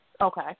Okay